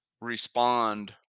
respond